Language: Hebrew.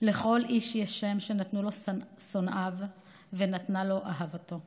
לכל איש יש שם / שנתנו לו שונאיו / ונתנה לו אהבתו //